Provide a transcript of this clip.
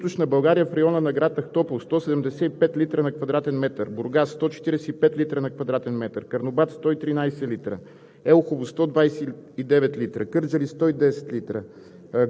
Министър Димитров даде пример, но аз ще бъда по-конкретен. В Югоизточна България, в района на град Ахтопол – 175 литра на квадратен метър, Бургас – 145 литра на квадратен метър, Карнобат – 113 литра